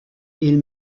ils